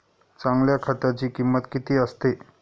चांगल्या खताची किंमत किती असते?